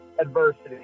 Adversity